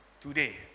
Today